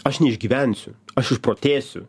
aš neišgyvensiu aš išprotėsiu